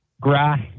grass